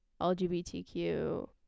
LGBTQ